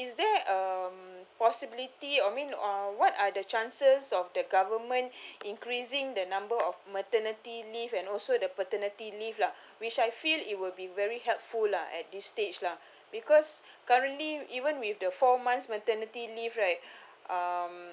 is there um possibly or mean uh what are the chances of the government increasing the number of maternity leave and also the paternity leave lah which I feel it will be very helpful lah at this stage lah because currently even with the four months maternity leave right um